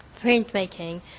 printmaking